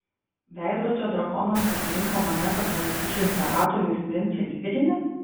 veidrodžio drakonas pasirinko mane kad palaikyčiau imperatorių ir princą įpėdinį